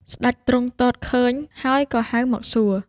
ស្ដេចទ្រង់ទតឃើញហើយក៏ហៅមកសួរ។